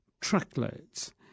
truckloads